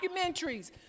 documentaries